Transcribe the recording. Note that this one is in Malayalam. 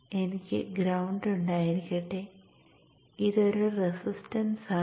എനിക്ക് ഗ്രൌണ്ട് ഉണ്ടായിരിക്കട്ടെ ഇതൊരു റെസിസ്റ്റൻസ് ആണ്